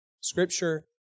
Scripture